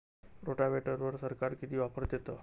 रोटावेटरवर सरकार किती ऑफर देतं?